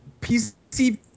PC